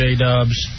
J-Dubs